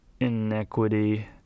inequity